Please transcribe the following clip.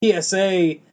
PSA